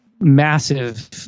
massive